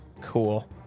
Cool